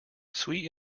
sweet